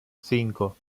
cinco